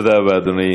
תודה רבה, אדוני.